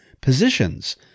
positions